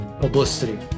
publicity